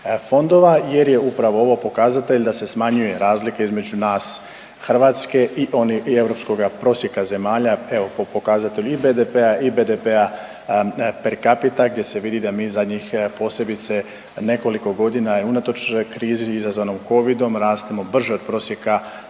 fondova, jer je upravo ovo pokazatelj da se smanjuje razlika između nas Hrvatske i europskoga prosjeka zemalja. Evo po pokazatelju i BDP-a i BDP-a per capita gdje se vidi da mi zadnjih posebice nekoliko godina je unatoč krizi izazvanoj covidom rastemo brže od prosjeka